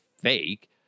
fake